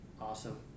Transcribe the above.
awesome